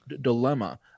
dilemma